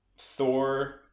Thor